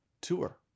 tour